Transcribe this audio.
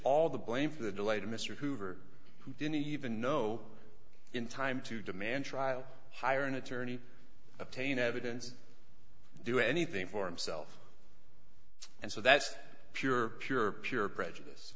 all the blame for the delay to mr hoover who didn't even know in time to demand trial hire an attorney obtain evidence do anything for himself and so that's pure pure pure prejudice